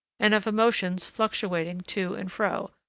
and of emotions fluctuating to and fro,